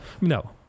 No